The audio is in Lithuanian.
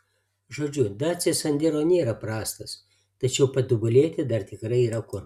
žodžiu dacia sandero nėra prastas tačiau patobulėti dar tikrai yra kur